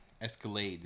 Escalade